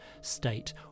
state